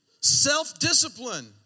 self-discipline